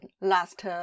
last